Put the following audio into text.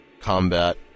combat